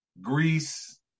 Greece